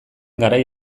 garai